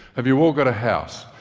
have you all got a house?